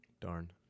Darn